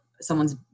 someone's